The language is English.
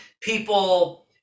people